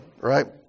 right